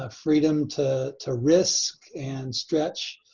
ah freedom to to risk and stretch.